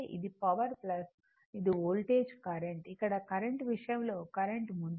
ఇది పవర్ ఇది voltage current ఇక్కడ కరెంట్ విషయంలో కరెంట్ ముందుంది